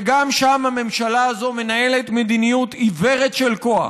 וגם שם הממשלה הזאת מנהלת מדיניות עיוורת של כוח.